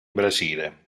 brasile